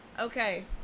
Okay